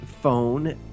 phone